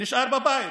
נשאר בבית,